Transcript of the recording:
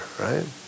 right